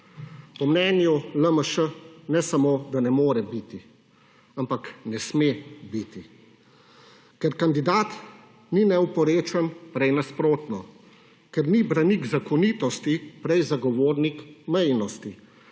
Po mnenju LMŠ ne samo, da ne more biti, ampak ne sme biti. Ker kandidat ni neoporečen, prej nasprotno; ker ni branik zakonitosti, prej zagovornik mejnosti;